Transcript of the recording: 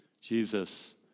Jesus